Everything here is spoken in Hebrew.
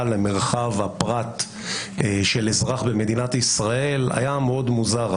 למרחב הפרט של אזרח במדינת ישראל היה מאוד מוזר.